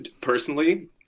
personally